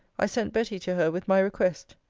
i sent betty to her with my request.